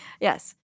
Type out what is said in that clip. Yes